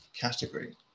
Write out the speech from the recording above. category